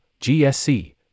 GSC